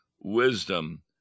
wisdom